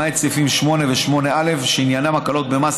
למעט סעיפים 3 ו-8(א) (שעניינם הקלות במס